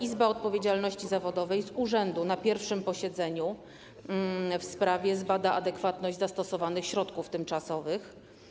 Izba Odpowiedzialności Zawodowej z urzędu na pierwszym posiedzeniu w sprawie zbada adekwatność zastosowanych środków tymczasowych.